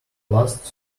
last